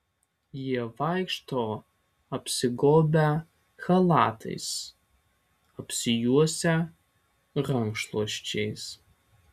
jie vaikšto apsigobę chalatais apsijuosę rankšluosčiais